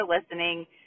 listening